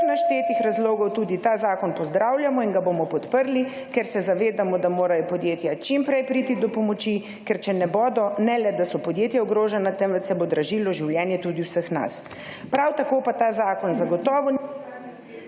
naštetih razlogov tudi ta zakon pozdravljamo in ga bomo podprli, ker se zavedamo, da morajo podjetja čim prej priti do pomoči, ker če ne bodo ne le, da so podjetja ogrožena temveč se bo dražilo življenje tudi vseh nas. Prav tako pa ta zakon… / izklop